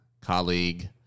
colleague